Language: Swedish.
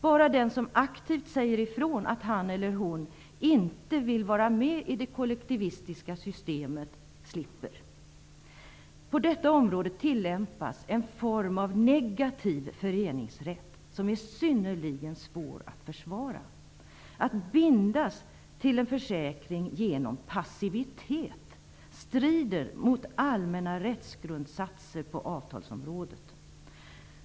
Bara den som aktivt säger ifrån att han eller hon inte vill vara med i det kollektivistiska systemet slipper. På detta område tillämpas en form av negativ föreningsrätt, som är synnerligen svår att försvara. Att bindas till en försäkring genom passivitet strider mot allmänna rättsgrundsatser på avtalsområdet.